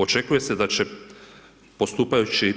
Očekuje se da će postupajući